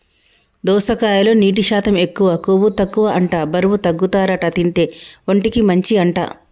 దోసకాయలో నీటి శాతం ఎక్కువ, కొవ్వు తక్కువ అంట బరువు తగ్గుతారట తింటే, ఒంటికి మంచి అంట